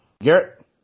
Garrett